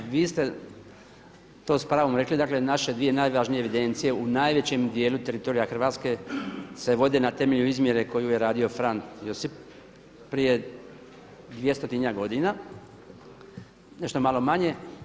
Vi ste s pravom rekli, dakle naše dvije najvažnije evidencije u najvećem dijelu teritorija Hrvatske se vode na temelju izmjere koju je radio Fran Josip prije 200-tinjak godina, nešto malo manje.